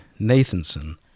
Nathanson